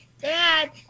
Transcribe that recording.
dad